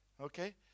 Okay